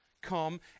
come